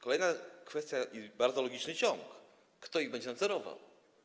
Kolejna kwestia i bardzo logiczny ciąg: Kto ich będzie nadzorował?